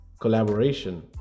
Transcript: collaboration